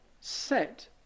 set